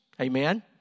Amen